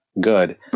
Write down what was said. good